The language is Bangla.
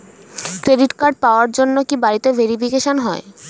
ক্রেডিট কার্ড পাওয়ার জন্য কি বাড়িতে ভেরিফিকেশন হয়?